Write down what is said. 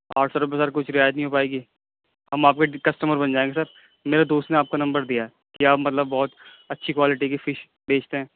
آٹھ سو روپئے سر کچھ رعایت نہیں ہو پائے گی ہم آپ کے کسٹمر بن جائیں گے سر میرے دوست نے آپ کا نمبر دیا ہے کہ آپ مطلب بہت اچھی کوالٹی کی فش بیچتے ہیں